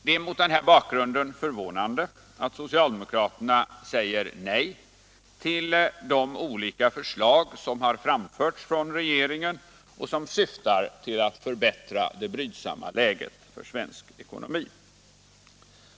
Det är mot den här bakgrunden förvånande att socialdemokraterna säger nej till de olika förslag som har framförts från regeringen och som syftar till att förbättra det brydsamma läget för svensk ekonomi.